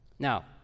Now